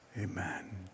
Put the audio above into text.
Amen